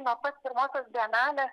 nuo pat pirmosios bienalės